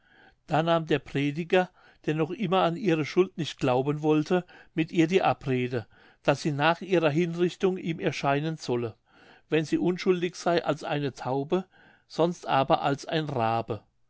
da nahm der prediger der noch immer an ihre schuld nicht glauben wollte mit ihr die abrede daß sie nach ihrer hinrichtung ihm erscheinen solle wenn sie unschuldig sey als eine taube sonst aber als ein rabe